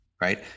right